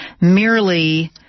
merely